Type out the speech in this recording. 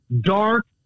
dark